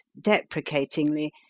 deprecatingly